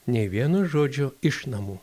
nei vieno žodžio iš namų